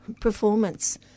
performance